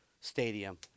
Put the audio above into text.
Stadium